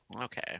Okay